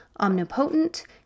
omnipotent